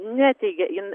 neteigia jin